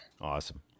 Awesome